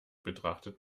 betrachtet